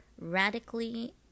Radically